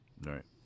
right